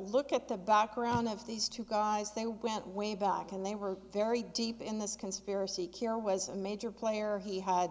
look at the background of these two guys they went way back and they were very deep in this conspiracy kill was a major player he had